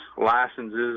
licenses